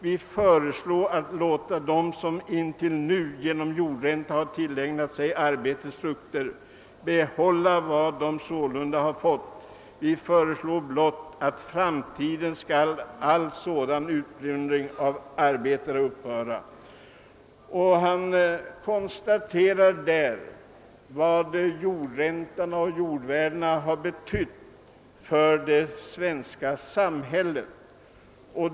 Vi föreslår, att låta dem, som intill nu genom jordränta ha tillägnat sig arbetets frukter behålla vad de sålunda ha fått. Vi föreslå blott, att för framtiden skall all sådan utplundring av arbetarne upphöra ———» Han konstaterar där vad jordräntan och jordvärdena betytt för samhället.